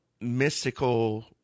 mystical